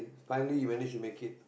finally he managed to make it